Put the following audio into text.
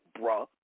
bruh